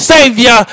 Savior